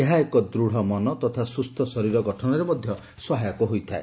ଏହା ଏକ ଦୂଢ଼ ମନ ତଥା ସ୍ପୁସ୍ତ ଶରୀର ଗଠନରେ ମଧ୍ଧ ସହାୟକ ହୋଇଥାଏ